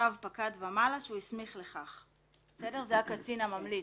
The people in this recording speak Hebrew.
רב-פקד ומעלה שהוא הסמיך לכך (בפרק זה הקצין המוסמך)